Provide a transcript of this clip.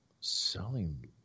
selling